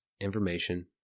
information